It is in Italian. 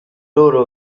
loro